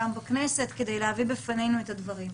גם בכנסת כדי להביא בפנינו את הדברים.